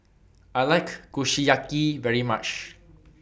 I like Kushiyaki very much